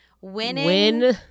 winning